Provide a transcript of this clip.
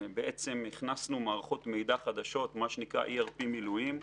הכנסנו מערכות מידע חדשות, מה שנקרא ERP מילואים,